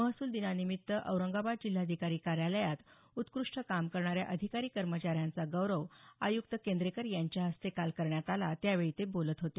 महसूल दिनानिमित्त औरंगाबाद जिल्हाधिकारी कार्यालयात उत्कृष्ट काम करणाऱ्या अधिकारी कर्मचाऱ्यांचा गौरव आयुक्त केंद्रेकर यांच्या हस्ते काल करण्यात आला त्यावेळी ते बोलत होते